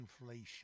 inflation